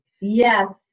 Yes